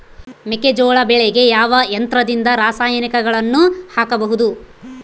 ಮೆಕ್ಕೆಜೋಳ ಬೆಳೆಗೆ ಯಾವ ಯಂತ್ರದಿಂದ ರಾಸಾಯನಿಕಗಳನ್ನು ಹಾಕಬಹುದು?